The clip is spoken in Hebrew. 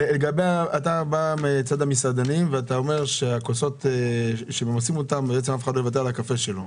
אתה בא מצד המסעדנים ואומר שאף אחד לא יוותר על הקפה שלו.